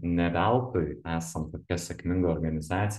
ne veltui esam tokia sėkminga organizacija